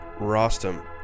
Rostam